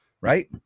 Right